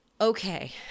Okay